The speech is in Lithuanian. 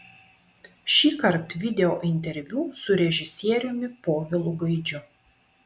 šįkart videointerviu su režisieriumi povilu gaidžiu